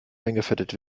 eingefettet